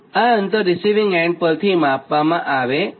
આ અંતર receiving end પરથી માપવામાં આવે છે